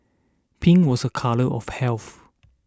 pink was a colour of health